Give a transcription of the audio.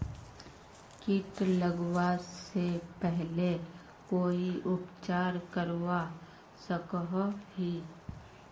किट लगवा से पहले कोई उपचार करवा सकोहो ही?